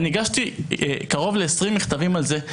הגשתי קרוב ל-20 מכתבים על זה.